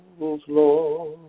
Lord